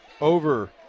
Over